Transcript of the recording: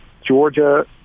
Georgia